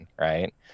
right